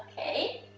a